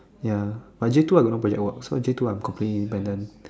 ya but J two I got no project work so J two I'm completely independent